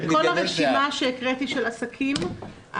כל הרשימה שהקראתי של עסקים,